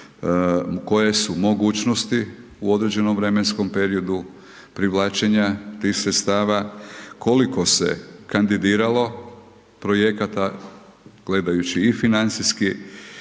koje su mogućnosti u određenom vremenskom periodu privlačenja tih sredstava, koliko se kandidiralo projekata gledajući i financijski,